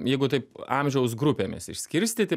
jeigu taip amžiaus grupėmis išskirstyti